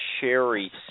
Sherry